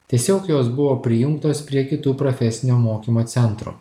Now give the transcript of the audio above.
tiesiog jos buvo prijungtos prie kitų profesinio mokymo centrų